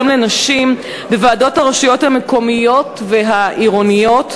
לנשים בוועדות הרשויות המקומיות והעירוניות.